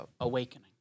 awakening